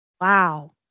Wow